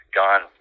gone